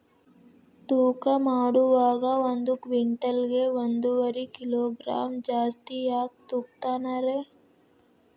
ತೂಕಮಾಡುವಾಗ ಒಂದು ಕ್ವಿಂಟಾಲ್ ಗೆ ಒಂದುವರಿ ಕಿಲೋಗ್ರಾಂ ಜಾಸ್ತಿ ಯಾಕ ತೂಗ್ತಾನ ರೇ?